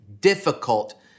difficult